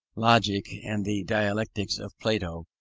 logic and the dialectics of plato,